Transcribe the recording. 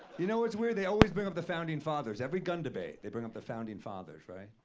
you know what's weird? they always bring up the founding fathers. every gun debate, they bring up the founding fathers, right?